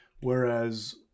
Whereas